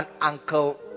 uncle